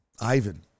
Ivan